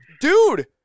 dude